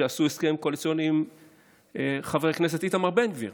שעשו הסכם קואליציוני עם חבר הכנסת איתמר בן גביר